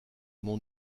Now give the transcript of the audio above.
mon